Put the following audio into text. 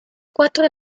quattro